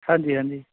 ਹਾਂਜੀ ਹਾਂਜੀ